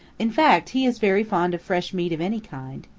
in fact he is very fond of fresh meat of any kind.